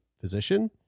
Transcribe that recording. physician